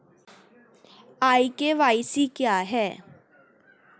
ई KYC क्या है?